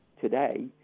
today